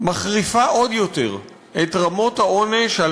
מחריפה עוד יותר את רמות העונש על